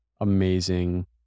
amazing